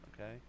Okay